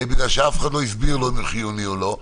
בגלל שאף אחד לא הסביר לו אם הוא חיוני או לא.